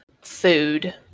food